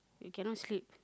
you cannot sleep